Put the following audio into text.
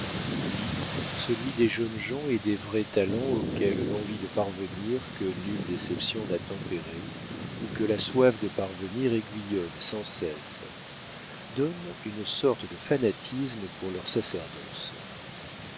puis celui des jeunes gens et des vrais talents auxquels l'envie de parvenir que nulle déception n'a tempérée ou que la soif de parvenir aiguillonne sans cesse donne une sorte de fanatisme pour leur sacerdoce